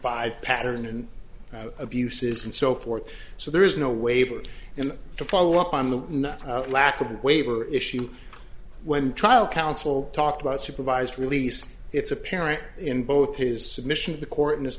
five pattern and abuses and so forth so there is no waiver and to follow up on the not lacob waiver issue when trial counsel talked about supervised release it's apparent in both his submission to the court in his